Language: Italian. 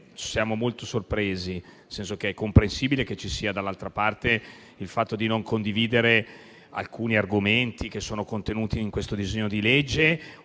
siamo molto sorpresi; è comprensibile che ci sia dall'altra parte il fatto di non condividere alcuni argomenti che sono contenuti in questo disegno di legge